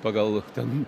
pagal ten